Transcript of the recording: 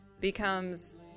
becomes